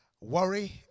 Worry